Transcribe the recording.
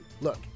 Look